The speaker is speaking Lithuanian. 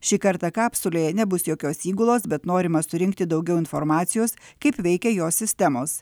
šį kartą kapsulėje nebus jokios įgulos bet norima surinkti daugiau informacijos kaip veikia jos sistemos